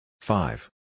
Five